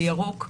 בירוק,